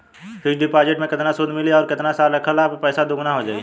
Fix deposit मे केतना सूद मिली आउर केतना साल रखला मे पैसा दोगुना हो जायी?